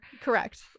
Correct